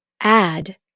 Add